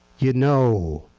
you know,